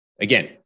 again